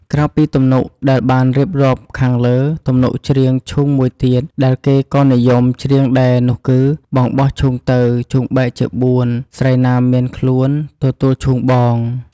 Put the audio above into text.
ក្រៅពីទំនុកដែលបានរៀបរាប់ខាងលើ ទំនុកច្រៀងឈូងមួយទៀតដែលគេក៏និយមច្រៀងដែរនោះគឺ «បងបោះឈូងទៅ ឈូងបែកជាបួន ស្រីណាមានខ្លួន ទទួលឈូងបង»។